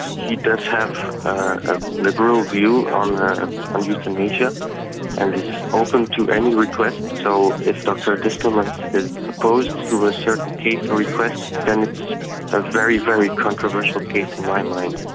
he does have a liberal view on ah on euthanasia and is open to any request, so if dr distelmans is opposed to a certain case or request then it's a very, very controversial case in my mind,